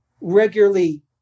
regularly